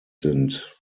sind